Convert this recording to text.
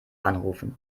anrufen